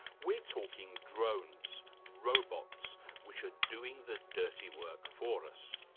we're talking drones, robots which are doing the dirty work for us.